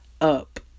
up